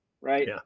right